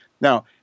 Now